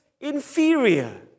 inferior